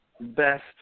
best